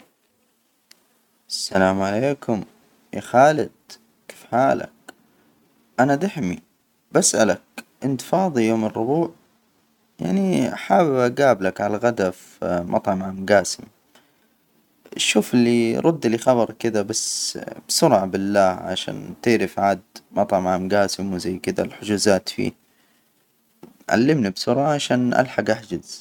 السلام عليكم يا خالد. كيف حالك؟ أنا دحمي بسألك إنت فاضي يوم الربوع؟ يعني حابب أجابلك على الغداء في مطعم عم جاسم؟ شوف اللي يرد لي خبر كذا، بس بسرعة بالله عشان تعرف عاد مطعم عام جاسم وزي كذا الحجوزات فيه. علمني بسرعة عشان ألحج أحجز.